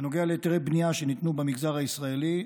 בנוגע להיתרי בנייה שניתנו במגזר הישראלי,